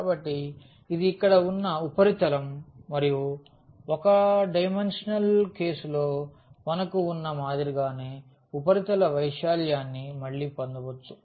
కాబట్టి ఇది ఇక్కడ ఉన్న ఉపరితలం మరియు 1 డైమెన్షనల్ కేసులో మనకు ఉన్న మాదిరిగానే ఉపరితల వైశాల్యాన్ని మళ్ళీ పొందవచ్చు